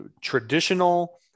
traditional